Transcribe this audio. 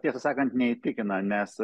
tiesą sakant neįtikina nes